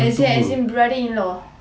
as in as in brother in-law